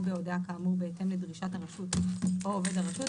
בהודעה כאמור בהתאם לדרישת הרשות או עובד הרשות,